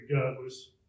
regardless